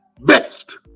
best